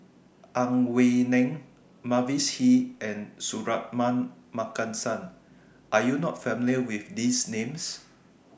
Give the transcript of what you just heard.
Ang Wei Neng Mavis Hee and Suratman Markasan Are YOU not familiar with These Names